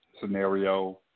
scenario